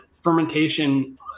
fermentation